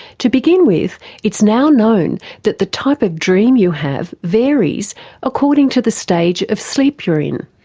to begin with it's now known that the type of dream you have varies according to the stage of sleep you are in.